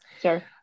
Sure